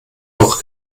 doch